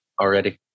already